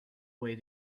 way